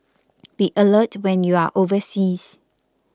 be alert when you are overseas